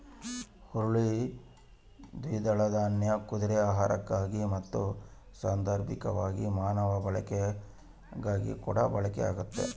ಹುರುಳಿ ದ್ವಿದಳ ದಾನ್ಯ ಕುದುರೆ ಆಹಾರಕ್ಕಾಗಿ ಮತ್ತು ಸಾಂದರ್ಭಿಕವಾಗಿ ಮಾನವ ಬಳಕೆಗಾಗಿಕೂಡ ಬಳಕೆ ಆಗ್ತತೆ